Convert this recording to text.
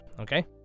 Okay